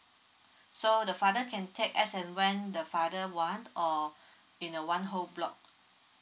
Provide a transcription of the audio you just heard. so the father can text us and when the father want in a one whole block